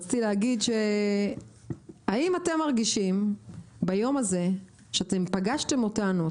רציתי להגיד האם אתם מרגישים ביום הזה שאתם פגשתם אותנו,